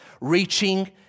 reaching